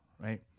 Right